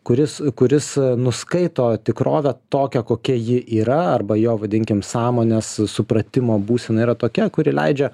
kuris kuris nuskaito tikrovę tokią kokia ji yra arba jo vadinkim sąmonės supratimo būsena yra tokia kuri leidžia